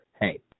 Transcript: hey